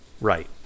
right